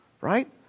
right